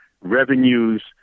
revenues